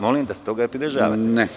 Molim vas, da se toga pridržavate.